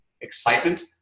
excitement